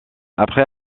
après